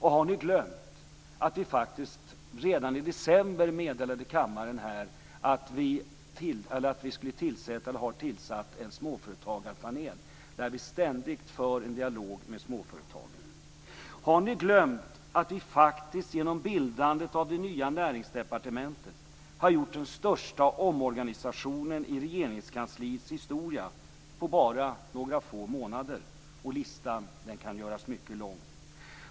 Har ni glömt att vi redan i december meddelade kammaren att vi tillsatt en småföretagarpanel, där vi ständigt för en dialog med småföretagen? Har ni glömt att vi genom bildandet av det nya Näringsdepartementet har gjort den största omorganisationen i Regeringskansliets historia på bara några få månader? Listan kan göras mycket lång.